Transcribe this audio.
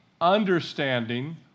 understanding